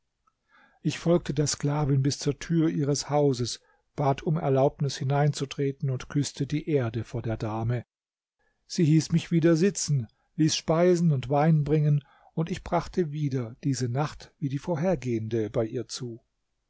ich folgte der sklavin bis zur tür ihres hauses bat um erlaubnis hineinzutreten und küßte die erde vor der dame sie hieß mich wieder sitzen ließ speisen und wein bringen und ich brachte wieder diese nacht wie die vorhergehende bei ihr zu